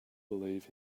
believe